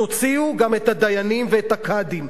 תוציאו גם את הדיינים ואת הקאדים.